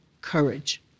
courage